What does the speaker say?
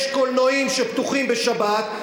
יש קולנועים שפתוחים בשבת.